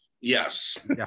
Yes